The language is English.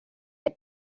had